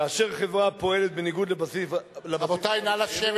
כאשר חברה פועלת בניגוד, רבותי, נא לשבת.